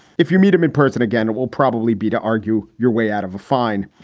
if you meet him in person again, it will probably be to argue your way out of a fine.